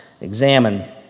examine